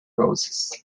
process